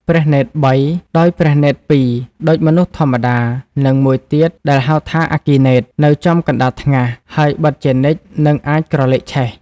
ព្រះនេត្រ៣ ដោយព្រះនេត្រ ២ ដូចមនុស្សធម្មតា និង ១ ទៀតដែលហៅថាអគ្គីនេត្រ នៅចំកណ្តាលថ្ងាស ហើយបិទជានិច្ច និងអាចក្រឡេកឆេះ។